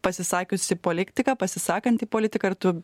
pasisakiusį politiką pasisakantį politiką ir tu